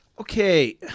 Okay